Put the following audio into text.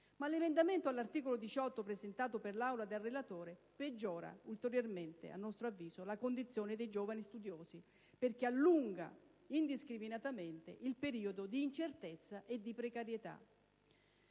Ma l'emendamento all'articolo 18 presentato per l'Aula dal relatore peggiora ulteriormente a nostro avviso, la condizione dei giovani studiosi perché allunga indiscriminatamente il periodo di incertezza e di precarietà.